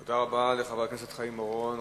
תודה רבה לחבר הכנסת חיים אורון.